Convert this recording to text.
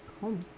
home